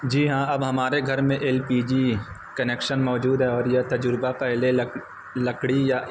جی ہاں اب ہمارے گھر میں ایل پی جی کنیکشن موجود ہے اور یہ تجربہ پہلے لک لکڑی یا